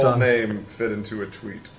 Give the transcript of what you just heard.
um name and fit into a tweet?